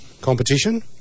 competition